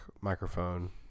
microphone